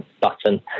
button